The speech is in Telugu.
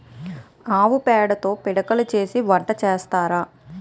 ఆవు పేడతో పిడకలు చేసి వంట సేత్తారు